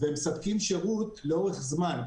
ומספקים שירות לאורך זמן.